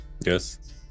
Yes